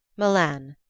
milan.